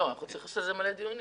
צריך לקיים דיונים